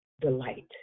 delight